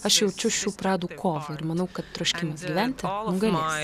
aš jaučiu šių pradų kovą ir manau kad troškimas gyventi nugalės